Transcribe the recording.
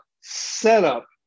setup